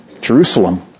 Jerusalem